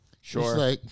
Sure